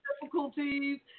difficulties